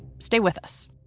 stay with us